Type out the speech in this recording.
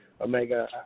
Omega